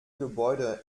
gebäude